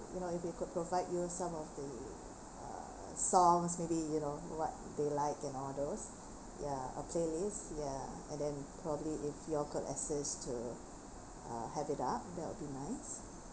you know if we could provide you some of the uh songs maybe you know what they like and all those ya a playlist ya and then probably if you all could assist to uh held it up that will be nice